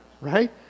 right